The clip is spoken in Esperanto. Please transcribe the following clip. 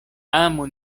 amu